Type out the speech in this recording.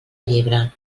llebre